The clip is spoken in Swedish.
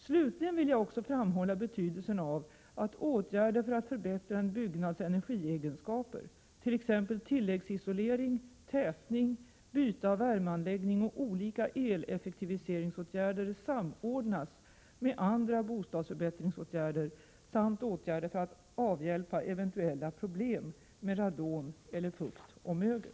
Slutligen vill jag också framhålla betydelsen av att åtgärder för att förbättra en byggnads energiegenskaper, t.ex. tilläggsisolering, tätning, byte av värmeanläggning och olika eleffektiviseringsåtgärder, samordnas med andra bostadsförbättringsåtgärder samt åtgärder för att avhjälpa eventuella problem med radon eller fukt och mögel.